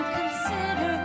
consider